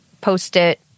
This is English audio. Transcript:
post-it